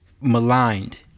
maligned